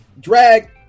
drag